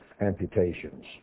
amputations